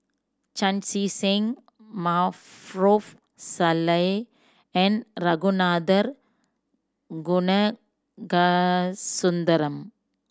Chan Chee Seng Maarof Salleh and Ragunathar Kanagasuntheram